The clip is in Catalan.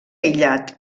aïllat